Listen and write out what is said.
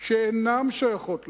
שאינן שייכות לערבים.